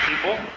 people